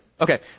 Okay